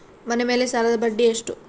ಮನೆ ಮೇಲೆ ಸಾಲದ ಬಡ್ಡಿ ಎಷ್ಟು?